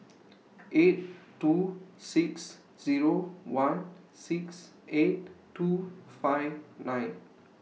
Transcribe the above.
eight two six Zero one six eight two five nine